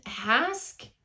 ask